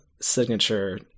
signature